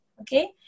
Okay